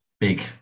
big